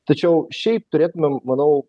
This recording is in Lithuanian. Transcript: tačiau šiaip turėtumėm manau